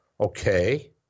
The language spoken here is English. Okay